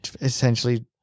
essentially